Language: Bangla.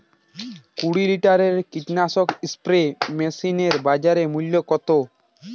কুরি লিটারের কীটনাশক স্প্রে মেশিনের বাজার মূল্য কতো?